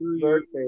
Birthday